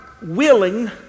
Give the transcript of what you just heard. willing